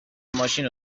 ماشینو